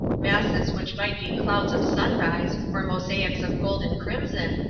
masses which might be clouds of sunrise or mosaics of gold and crimson,